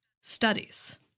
studies